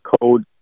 code